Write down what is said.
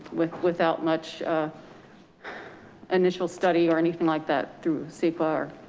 with without much initial study or anything like that through ceqa or,